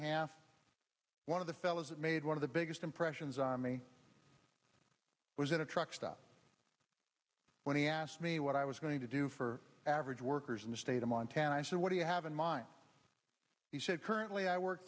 half one of the fellows that made one of the biggest impressions on me was at a truck stop when he asked me what i was going to do for average workers in the state of montana i said what do you have in mind he said currently i work